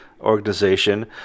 organization